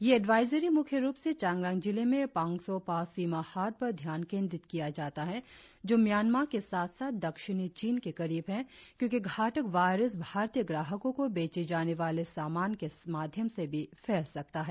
यह एडवाइजरी मुख्य रुप से चांगलांग जिले में पांगसौ पास सीमा हाट पर ध्यान केंद्रित किया जाता है जो म्यांमा के साथ साथ दक्षिणी चीन के करीब है क्योंकि घातक वायरस भारतीय ग्राहकों को बेचे जाने वाले सामान के माध्यम से भी फैल सकता है